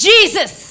Jesus